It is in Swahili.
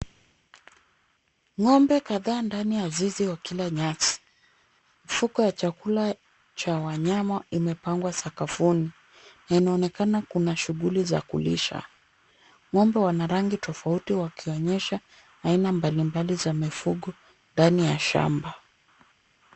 Ng'ombe kadhaa ndani ya zizi wakila nyasi. Mifuko ya chakula cha wanyama imepangwa sakafuni na inaonekana kuna shughuli za kulisha. Ng'ombe wana rangi tofauti wakionyesha aina mbali mbali za mifugo ndani ya shamba.